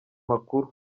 amakuru